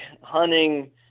hunting